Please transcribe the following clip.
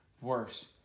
Worse